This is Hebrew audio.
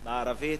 בערבית.